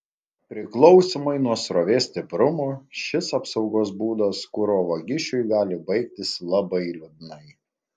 priklausomai nuo srovės stiprumo šis apsaugos būdas kuro vagišiui gali baigtis labai liūdnai